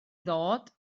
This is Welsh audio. ddod